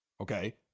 okay